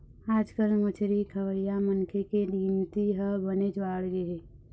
आजकाल मछरी खवइया मनखे के गिनती ह बनेच बाढ़गे हे